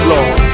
Lord